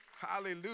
hallelujah